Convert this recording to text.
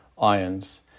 ions